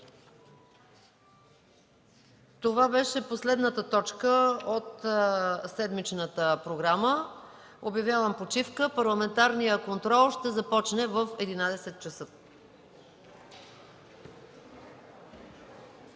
Това беше последната точка от седмичната програма. Обявявам почивка. Парламентарният контрол ще започне в 11,00 часа.